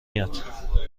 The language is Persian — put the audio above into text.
یاد